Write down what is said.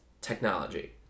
technology